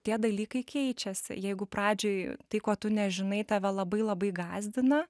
tie dalykai keičiasi jeigu pradžioj tai ko tu nežinai tave labai labai gąsdina